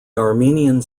armenians